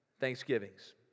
thanksgivings